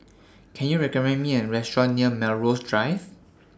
Can YOU recommend Me A Restaurant near Melrose Drive